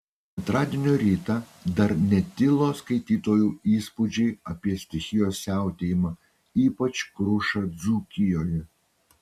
antradienio rytą dar netilo skaitytojų įspūdžiai apie stichijos siautėjimą ypač krušą dzūkijoje